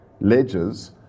ledgers